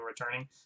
returning